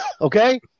okay